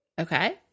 Okay